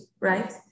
right